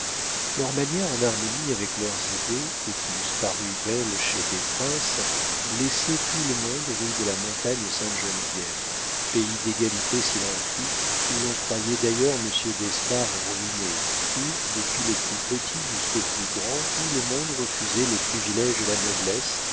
leurs manières en harmonie avec leurs idées et qui eussent paru belles chez des princes blessaient tout le monde rue de la montagne sainte geneviève pays d'égalité s'il en fût où l'on croyait d'ailleurs monsieur d'espard ruiné où depuis le plus petit jusqu'au plus grand tout le monde refusait les priviléges de la noblesse